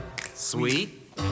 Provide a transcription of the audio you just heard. Sweet